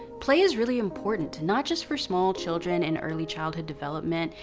play is really important, not just for small children in early childhood development,